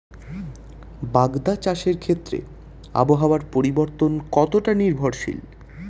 বাগদা চাষের ক্ষেত্রে আবহাওয়ার পরিবর্তন কতটা নির্ভরশীল?